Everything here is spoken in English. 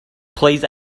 please